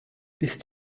willst